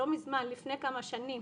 לא מזמן, לפני כמה שנים